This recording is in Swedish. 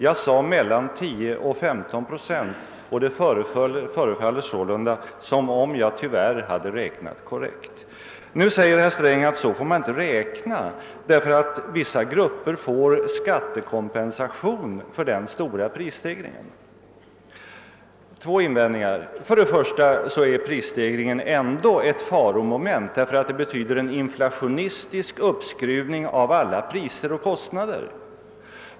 Jag sade förut mellan 10 och 15 procent, och det förefaller sålunda som om jag tyvärr hade räknat korrekt. Herr Sträng säger nu att man inte får räkna på detta sätt, eftersom vissa grupper får skattekompensation för denna stora prisstegring. Jag har två invändningar mot detta resonemang. För det första innebär prisstegringen ändå ett faromoment, eftersom den betyder en inflationistisk uppskruvning av alla priser och kostnader.